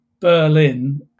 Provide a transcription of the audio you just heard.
Berlin